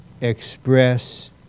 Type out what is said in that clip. express